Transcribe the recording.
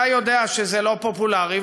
אתה יודע שזה לא פופולרי,